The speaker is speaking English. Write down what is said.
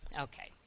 Okay